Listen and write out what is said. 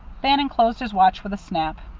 bannon closed his watch with a snap.